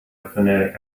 phonetic